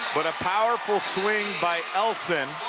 but a powerful swing by ellyson,